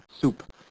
soup